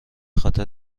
خاطر